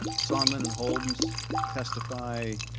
sondland and holmes testify.